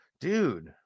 Dude